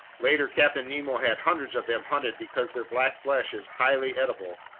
later captain nemo had hundreds of them hunted because their black flesh is highly edible.